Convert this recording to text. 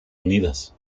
unidas